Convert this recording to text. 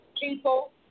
people